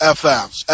FM's